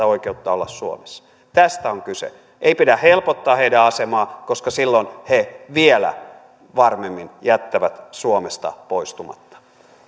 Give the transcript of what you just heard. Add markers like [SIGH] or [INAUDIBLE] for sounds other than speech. [UNINTELLIGIBLE] oikeutta olla suomessa tästä on kyse ei pidä helpottaa heidän asemaansa koska silloin he vielä varmemmin jättävät suomesta poistumatta